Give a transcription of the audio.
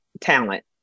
talent